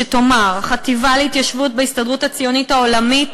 שתאמר: החטיבה להתיישבות בהסתדרות הציונית העולמית,